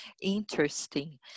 interesting